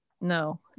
No